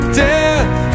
death